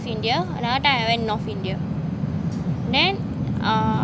india another time I went north india then uh